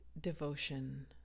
devotion